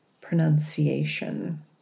pronunciation